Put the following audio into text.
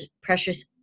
precious